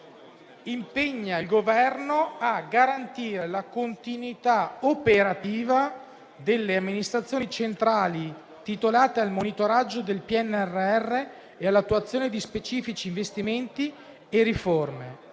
«impegna il Governo: a garantire la continuità operativa delle amministrazioni centrali titolate al monitoraggio del PNRR e all'attuazione di specifici investimenti e riforme;